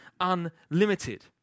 unlimited